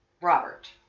Robert